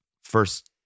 first